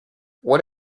what